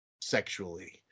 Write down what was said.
sexually